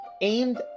aimed